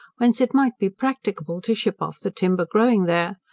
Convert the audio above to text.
whence it might be practicable to ship off the timber growing there,